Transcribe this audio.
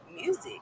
music